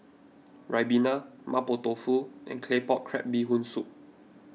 Ribena Mapo Tofu and Claypot Crab Bee Hoon Soup